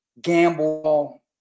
gamble